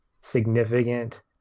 significant